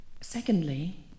Secondly